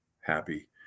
happy